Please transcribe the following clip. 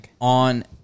on